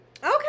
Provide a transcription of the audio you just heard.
Okay